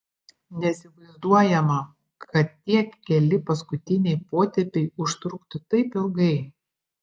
neįsivaizduojama kad tie keli paskutiniai potėpiai užtruktų taip ilgai